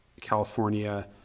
California